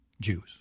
Jews